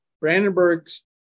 brandenburg's